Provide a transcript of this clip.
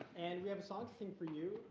and we have a song to sing for you.